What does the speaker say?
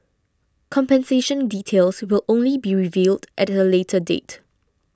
compensation details will only be revealed at a later date